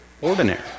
ordinary